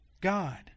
god